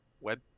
web